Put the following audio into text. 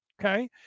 Okay